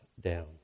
down